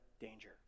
danger